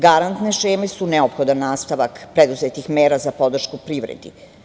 Garantne šeme su neophodan nastavak preduzetih meta za podršku privredi.